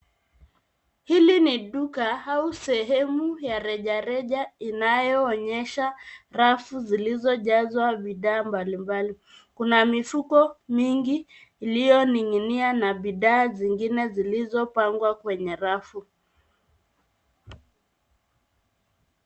Hili ni duka au sehemu ya rejareja inayoonyesha rafu zilizojazwa bidhaa mbalimbali. Kuna mifuko mingi iliyoning'inia na bidhaa zingine zilizopangwa kwenye rafu.